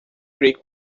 greek